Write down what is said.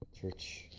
church